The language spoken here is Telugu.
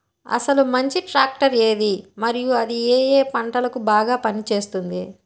అసలు మంచి ట్రాక్టర్ ఏది మరియు అది ఏ ఏ పంటలకు బాగా పని చేస్తుంది?